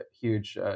huge